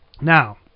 Now